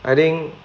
I think